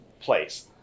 place